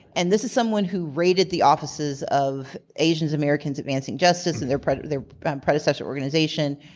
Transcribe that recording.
and this is someone who raided the offices of asians americans advancing justice and their predecessor their predecessor organization,